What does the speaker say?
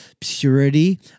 purity